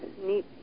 neat